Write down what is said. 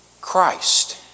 Christ